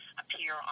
appear